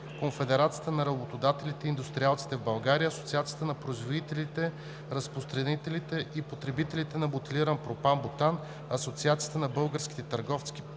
Конфедерацията на работодателите и индустриалците в България; Асоциацията на производителите, разпространителите и потребителите на бутилиран пропан-бутан; Асоциацията на българските търговци, производители,